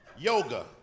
Yoga